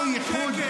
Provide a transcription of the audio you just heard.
אותו איחוד?